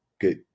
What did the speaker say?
Good